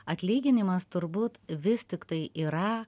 atlyginimas turbūt vis tiktai yra